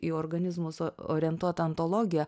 į organizmus o orientuota antologija